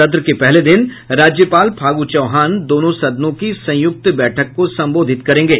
सत्र के पहले दिन राज्यपाल फागु चौहान दोनों सदनों की संयुक्त बैठक को संबोधित करेंगे